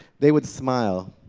they would smile,